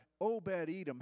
Obed-Edom